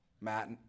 Matt